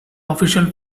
official